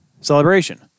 celebration